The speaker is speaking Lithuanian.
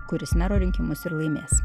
kuris mero rinkimus ir laimės